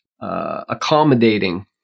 Accommodating